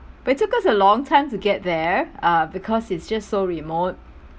but it took us a long time to get there uh because it's just so remote